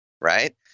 right